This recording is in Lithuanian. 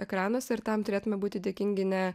ekranuose ir tam turėtume būti dėkingi ne